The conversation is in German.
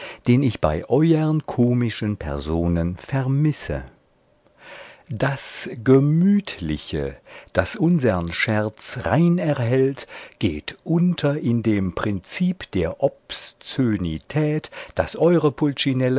den ich bei euern komischen personen vermisse das gemütliche was unsern scherz rein erhält geht unter in dem prinzip der obszönität das eure